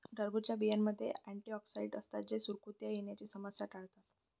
टरबूजच्या बियांमध्ये अँटिऑक्सिडेंट असतात जे सुरकुत्या येण्याची समस्या टाळतात